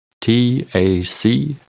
T-A-C-